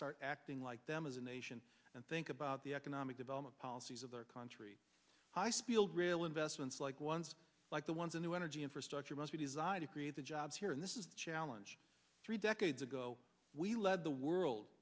start acting like them as a nation and think about the economic development policies of their country high speed rail investments like ones like the ones in new energy infrastructure must be designed to create the jobs here and this is the challenge three decades ago we lead the world